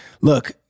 look –